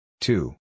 Two